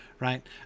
Right